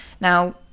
Now